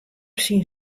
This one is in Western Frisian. syn